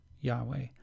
Yahweh